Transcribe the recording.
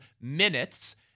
minutes